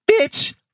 Bitch